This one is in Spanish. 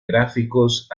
gráficos